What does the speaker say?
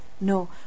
No